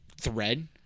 thread